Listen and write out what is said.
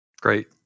Great